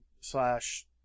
slash